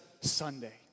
Sunday